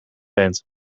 band